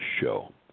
show